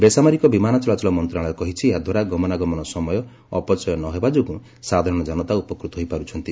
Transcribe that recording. ବେସାମରିକ ବିମାନ ଚଳାଚଳ ମନ୍ତ୍ରଣାଳୟ କହିଛି ଏହାଦ୍ୱାରା ଗମନାଗମନ ସମୟ ଅପଚୟ ନ ହେବା ଯୋଗୁଁ ସାଧାରଣ ଜନତା ଉପକୃତ ହୋଇପାରୁଛନ୍ତି